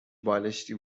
بالشتی